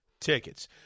tickets